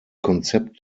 konzept